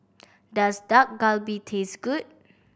does Dak Galbi taste good